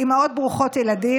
מצאתי את הדברים,